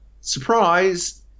surprise